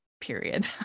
period